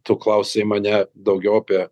tu klausei mane daugiau apie